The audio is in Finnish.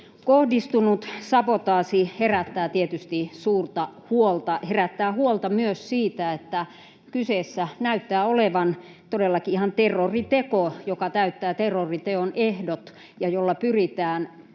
kohdistunut sabotaasi herättää tietysti suurta huolta myös siitä, että kyseessä näyttää olevan todellakin ihan terroriteko, joka täyttää terroriteon ehdot ja jolla pyritään